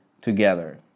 together